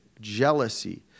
jealousy